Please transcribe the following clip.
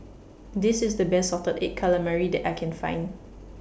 This IS The Best Salted Egg Calamari that I Can Find